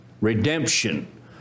redemption